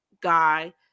guy